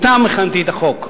אתם הכנתי את החוק.